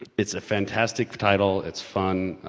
it's a fantastic title, it's fun.